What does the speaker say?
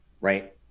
right